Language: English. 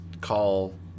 call